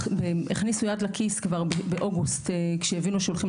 הכניסו יד לכיס כבר באוגוסט כשהבינו שהולכים